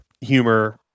humor